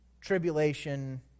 tribulation